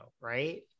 Right